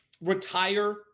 retire